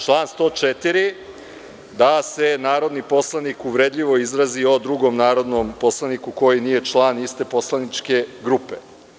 Član 104, da se narodni poslanik uvredljivo izrazio drugom narodnom poslaniku koji nije član iste poslaničke grupe.